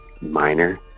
minor